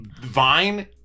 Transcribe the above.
Vine